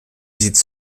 visite